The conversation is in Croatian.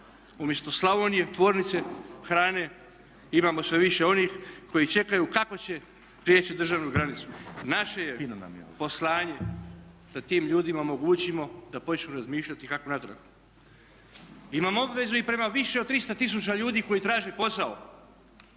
umjesto Slavonije tvornice hrane imamo sve više onih koji čekaju kako će prijeći državnu granicu. Naše je poslanje da tim ljudima omogućimo da počnu razmišljati kako natrag. Imamo obvezu i prema više od 300 tisuća ljudi koji traže posao,